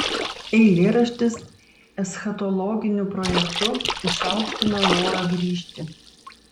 eilėraštis eschatologiniu projektu išaukština norą grįžti